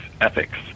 ethics